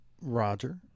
Roger